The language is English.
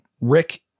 Rick